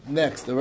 next